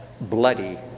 bloody